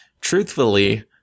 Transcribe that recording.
truthfully